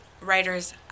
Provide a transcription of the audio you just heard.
writers